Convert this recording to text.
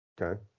Okay